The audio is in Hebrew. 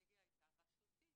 והאסטרטגיה הייתה רשותי,